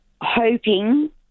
hoping